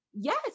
Yes